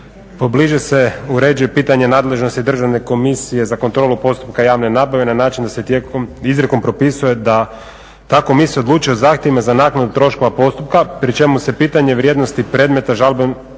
Pobliže se uređuje pitanje nadležnosti državne komisije za kontrolu postupka javne nabave na način da se tijekom, izrijekom propisuje, ta komisija odlučuje o zahtjevima za naknadu troškova postupka pri čemu se pitanje vrijednosti predmeta žalbenog